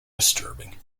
disturbing